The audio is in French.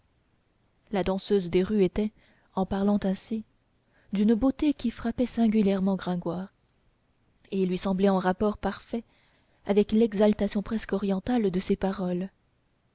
la danseuse des rues était en parlant ainsi d'une beauté qui frappait singulièrement gringoire et lui semblait en rapport parfait avec l'exaltation presque orientale de ses paroles